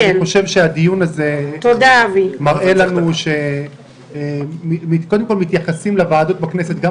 אני חושב שהדיון הזה מראה לנו שמתייחסים לוועדות בכנסת גם